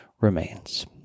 remains